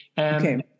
Okay